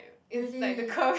really